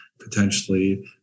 potentially